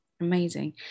Amazing